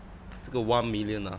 这个 one million ah